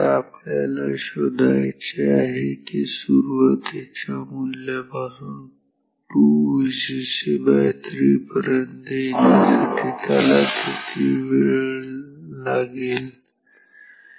आता आपल्याला शोधायचे आहे की ते सुरुवातीच्या मूल्यापासून 2Vcc3 पर्यंत येण्यासाठी किती कालावधी घेईल